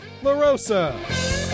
LaRosa